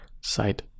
site